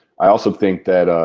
i also think that